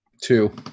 two